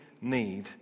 need